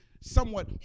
somewhat